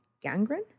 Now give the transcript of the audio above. gangrene